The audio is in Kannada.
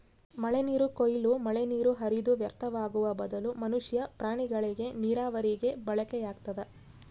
ಮಳೆನೀರು ಕೊಯ್ಲು ಮಳೆನೀರು ಹರಿದು ವ್ಯರ್ಥವಾಗುವ ಬದಲು ಮನುಷ್ಯ ಪ್ರಾಣಿಗಳಿಗೆ ನೀರಾವರಿಗೆ ಬಳಕೆಯಾಗ್ತದ